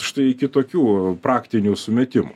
štai iki tokių praktinių sumetimų